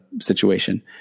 situation